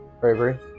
bravery